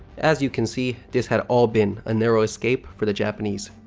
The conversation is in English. as you can see, this had all been a narrow escape for the japanese.